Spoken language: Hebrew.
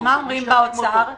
אז מה אומרים להם באוצר?